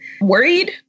worried